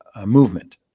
movement